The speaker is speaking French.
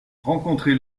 rencontrez